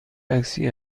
عکسی